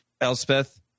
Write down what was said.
Elspeth